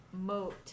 moat